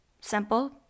Simple